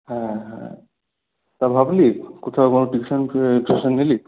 হ্যাঁ হ্যাঁ তা ভাবলি কোথাও কোনো টিউশন ফিউশন নিলি